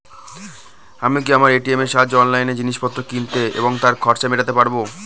আমি কি আমার এ.টি.এম এর সাহায্যে অনলাইন জিনিসপত্র কিনতে এবং তার খরচ মেটাতে পারব?